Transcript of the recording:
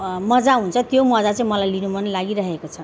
मजा हुन्छ त्यो मजा चाहिँ मलाई लिनु मनलागिरहेको छ